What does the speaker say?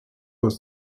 was